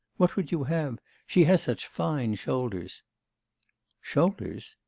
what would you have? she has such fine shoulders shoulders?